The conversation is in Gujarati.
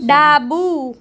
ડાબું